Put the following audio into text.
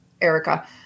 Erica